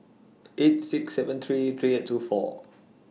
eight six seven three three eight two four